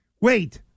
Wait